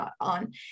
on